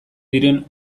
diren